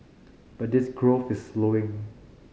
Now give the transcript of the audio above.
but this growth is slowing